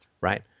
right